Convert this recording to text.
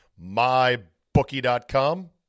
mybookie.com